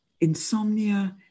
insomnia